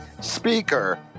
speaker